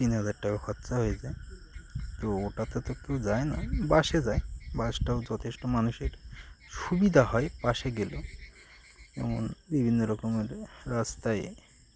তিন হাজার টাকা খরচা হয়ে যায় তো ওটাতে তো কেউ যায় না বাসে যায় বাসটাও যথেষ্ট মানুষের সুবিধা হয় বাসে গেলে যেমন বিভিন্ন রকমের রাস্তায়